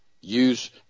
Use